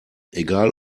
egal